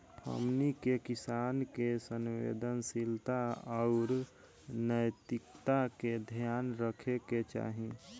हमनी के किसान के संवेदनशीलता आउर नैतिकता के ध्यान रखे के चाही